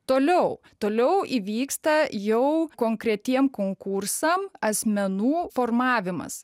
toliau toliau įvyksta jau konkretiem konkursam asmenų formavimas